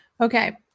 okay